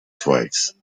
twice